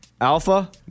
Alpha